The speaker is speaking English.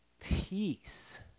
peace